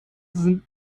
sind